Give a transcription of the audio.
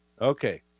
Okay